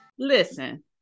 listen